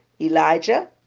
Elijah